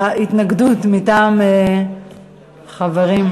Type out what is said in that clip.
ההתנגדות מטעם חברים.